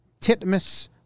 titmus